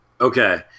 Okay